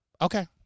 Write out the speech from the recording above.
Okay